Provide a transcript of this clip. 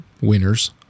winners